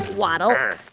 waddle,